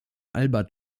albert